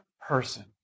person